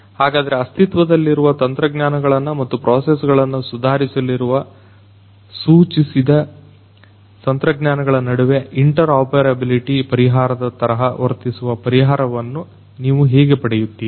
ಹಾಗಾದರೆ ಅಸ್ತಿತ್ವದಲ್ಲಿರುವ ತಂತ್ರಜ್ಞಾನಗಳು ಮತ್ತು ಪ್ರೊಸೆಸ್ಗಳನ್ನ ಸುಧಾರಿಸಲಿರುವ ಸೂಚಿಸಿದ ತಂತ್ರಜ್ಞಾನಗಳ ನಡುವೆ ಇಂಟರ್ ಆಪರೆಬಲಿಟಿ ಪರಿಹಾರದ ತರಹ ವರ್ತಿಸುವ ಪರಿಹಾರವನ್ನು ನೀವು ಹೇಗೆ ಪಡೆಯುತ್ತೀರಿ